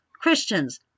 Christians